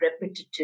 repetitive